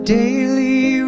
daily